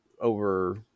over